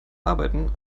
arbeiten